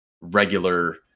regular